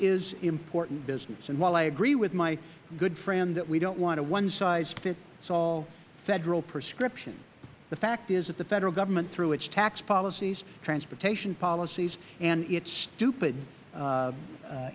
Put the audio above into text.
is important business while i agree with my good friend that we don't want a one size fits all federal prescription the fact is that the federal government through its tax policies transportation policies and its stupid